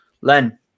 Len